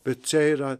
bet čia yra